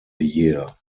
year